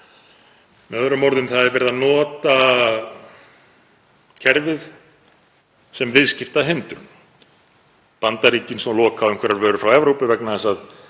Með öðrum orðum er verið að nota kerfið sem viðskiptahindrun. Bandaríkin loka svo á einhverjar vörur frá Evrópu vegna þess að